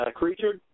creature